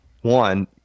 one